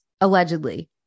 Allegedly